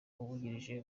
umwungirije